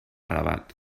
rabat